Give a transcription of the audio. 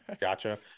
Gotcha